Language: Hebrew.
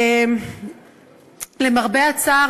למרבה הצער,